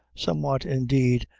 somewhat, indeed,